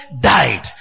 died